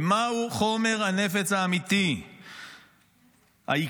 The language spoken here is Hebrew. ומהו חומר הנפץ האמיתי, העיקרי?